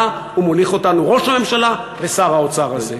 ומוליכים אותנו ראש הממשלה ושר האוצר הזה.